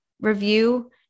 review